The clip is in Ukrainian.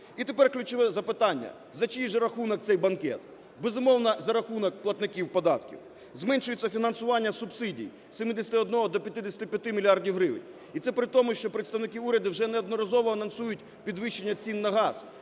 І тепер ключове питання: за чий же рахунок цей банкет? Безумовно, за рахунок платників податків. Зменшується фінансування субсидій з 71 до 55 мільярдів гривень і це при тому, що представники уряду вже неодноразово анонсують підвищення цін на газ.